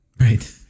Right